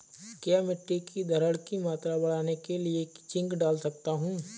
क्या मिट्टी की धरण की मात्रा बढ़ाने के लिए जिंक डाल सकता हूँ?